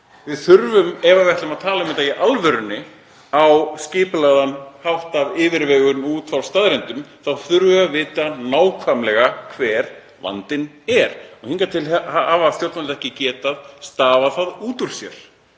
ekki. Ef við ætlum að tala um þetta í alvörunni, á skipulagðan hátt, af yfirvegun og út frá staðreyndum, þurfum við að vita nákvæmlega hver vandinn er. Hingað til hafa stjórnvöld ekki getað stafað því út úr sér